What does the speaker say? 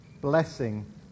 blessing